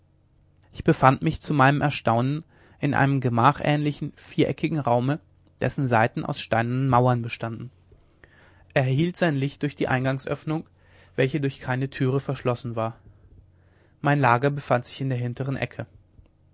ich befand mich zu meinem erstaunen in einem gemachähnlichen viereckigen raume dessen seiten aus steinernen mauern bestanden er erhielt sein licht durch die eingangsöffnung welche durch keine türe verschlossen war mein lager befand sich in der hintern ecke